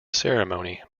ceremony